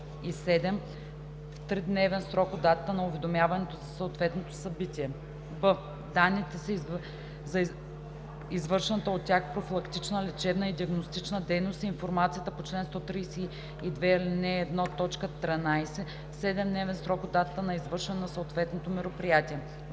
в тридневен срок от датата на уведомяването за съответното събитие; б) данните за извършваната от тях профилактична, лечебна и диагностична дейност и информацията по чл. 132, ал. 1, т. 13 – в 7 дневен срок от датата на извършване на съответното мероприятие;